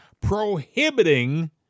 prohibiting